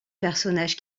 personnage